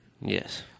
Yes